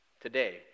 today